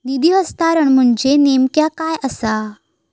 निधी हस्तांतरण म्हणजे नेमक्या काय आसा?